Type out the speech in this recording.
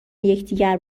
یکدیگر